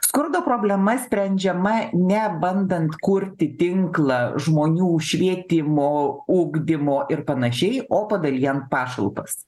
skurdo problema sprendžiama ne bandant kurti tinklą žmonių švietimo ugdymo ir panašiai o padalijant pašalpas